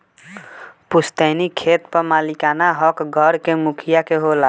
पुस्तैनी खेत पर मालिकाना हक घर के मुखिया के होला